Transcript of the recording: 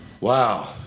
Wow